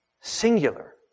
Singular